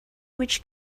which